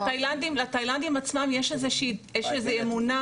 לתאילנדים עצמם יש איזושהי אמונה,